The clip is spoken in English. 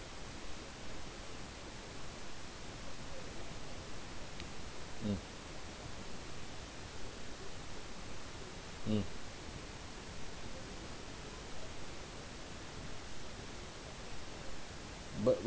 mm mm but